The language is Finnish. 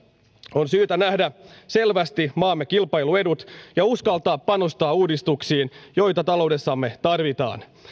on syytä nähdä selvästi maamme kilpailuedut ja uskaltaa panostaa uudistuksiin joita taloudessamme tarvitaan